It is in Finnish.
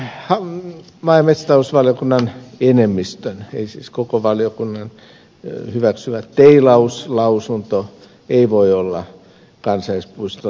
tämä maa ja metsätalousvaliokunnan enemmistön ei siis koko valiokunnan hyväksymä teilauslausunto ei voi olla kansallispuiston lähtökohta